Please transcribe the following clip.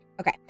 Okay